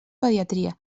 pediatria